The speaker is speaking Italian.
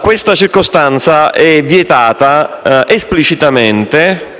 questa circostanza è vietata esplicitamente